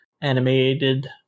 animated